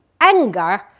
anger